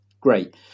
great